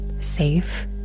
safe